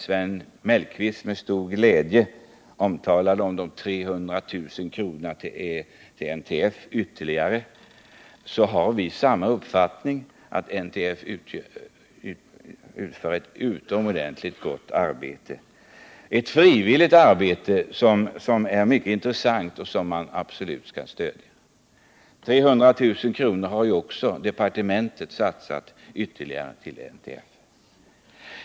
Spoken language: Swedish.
Sven Mellqvist talar med stor glädje om de 300 000 kronorna ytterligare till NTF. Vi har samma uppfattning som han, att NTF utför ett utomordentligt gott arbete, ett frivilligt arbete som är mycket intressant och som man absolut skall stödja. 300 000 kr. har också departementet satsat ytterligare till NTF.